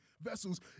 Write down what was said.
vessels